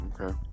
Okay